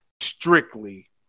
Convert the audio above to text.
strictly